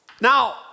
Now